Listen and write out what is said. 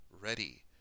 ready